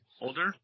Older